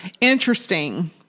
Interesting